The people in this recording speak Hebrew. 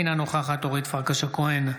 אינה נוכחת אורית פרקש הכהן,